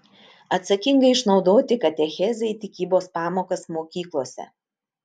atsakingai išnaudoti katechezei tikybos pamokas mokyklose